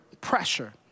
pressure